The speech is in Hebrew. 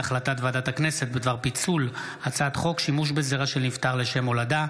החלטת ועדת הכנסת בדבר פיצול הצעת חוק שימוש בזרע של נפטר לשם הולדה,